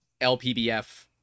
LPBF